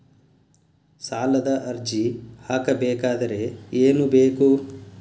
ಸಾಲದ ಅರ್ಜಿ ಹಾಕಬೇಕಾದರೆ ಏನು ಬೇಕು?